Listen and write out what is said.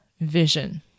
vision